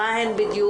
מה הן בדיוק?